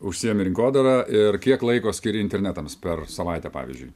užsiėmi rinkodara ir kiek laiko skiri internetams per savaitę pavyzdžiui